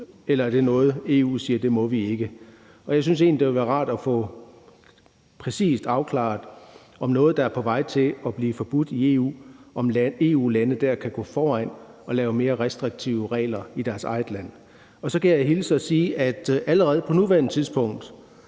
eller om det er noget, EU vil sige at vi ikke må. Jeg synes egentlig, det ville være rart at få præcist afklaret, om EU-lande i forhold til noget, der er på vej til at blive forbudt i EU, kan gå foran og lave mere restriktive regler i deres egne lande. Og så kan jeg hilse og sige, at allerede på nuværende tidspunkt